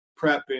prepping